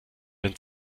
wenn